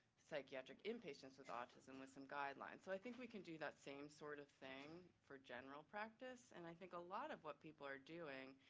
psychiatric inpatients with autism with some guidelines, so i think we can do that same sort of thing for general practice and i think a lot of what people are doing,